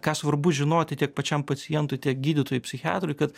ką svarbu žinoti tiek pačiam pacientui tiek gydytojui psichiatrui kad